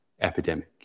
epidemic